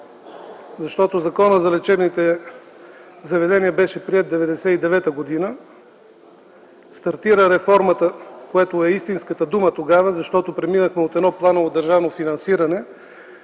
Защото Законът за лечебните заведения беше приет в 1999 г. Тогава стартира реформата, което е истинската дума, защото преминахме от едно планово държавно финансиране